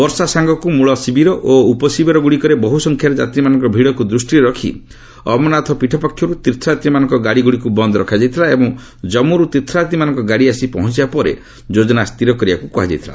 ବର୍ଷା ସାଙ୍ଗକୁ ମୂଳଶିବିର ଓ ଉପଶିବିରଗୁଡ଼ିକରେ ବହୁସଂଖ୍ୟାରେ ଯାତ୍ରୀମାନଙ୍କର ଭିଡ଼କୁ ଦୃଷ୍ଟିରେ ରଖି ଅମରନାଥ ପୀଠ ପକ୍ଷରୁ ତୀର୍ଥଯାତ୍ରୀମାନଙ୍କ ଗାଡ଼ିଗୁଡ଼ିକୁ ବନ୍ଦ୍ ରଖାଯାଇଥିଲା ଏବଂ ଜମ୍ମୁରୁ ତୀର୍ଥଯାତ୍ରୀମାନଙ୍କ ଗାଡ଼ି ଆସି ପହଞ୍ଚବା ପରେ ଯୋଜନା ସ୍ଥିର କରିବାକୁ କୁହାଯାଇଥିଲା